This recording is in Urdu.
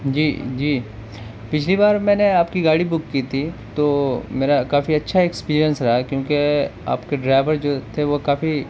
جی جی پچھلی بار میں نے آپ کی گاڑی بک کی تھی تو میرا کافی اچھا ایکسپیرئنس رہا کیونکہ آپ کے ڈرائیور جو تھے وہ کافی